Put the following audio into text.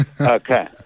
okay